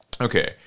Okay